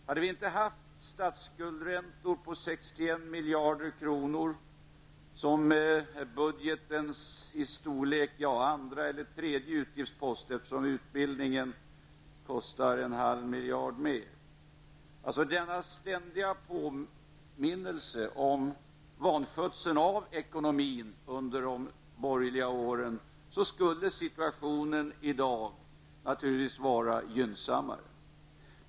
Hade vi inte haft statsskuldsräntor på 61 miljarder kronor som är budgetens i storlek andra eller tredje utgiftspost, utbildningen kostar en halv miljard kronor mer, som en ständig påminnelse om vanskötseln av ekonomin under de borgerliga åren, skulle situationen i dag naturligtvis vara gynnsammare.